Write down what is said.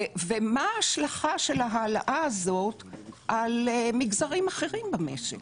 ומה השלכה של ההעלאה הזאת על מגזרים אחרים במשק.